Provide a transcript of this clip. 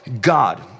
God